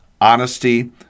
honesty